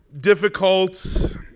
difficult